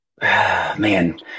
man